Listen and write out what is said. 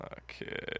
Okay